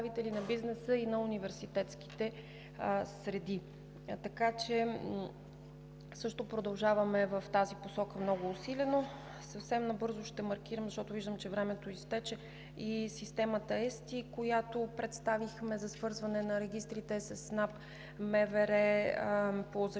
че продължаваме и в тази посока много усилено. Съвсем набързо ще маркирам, защото виждам, че времето изтече, и за системата ЕСТИ, която представихме, за свързване на регистрите с НАП, МВР по защитени